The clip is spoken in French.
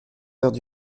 heures